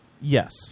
Yes